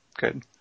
good